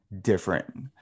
different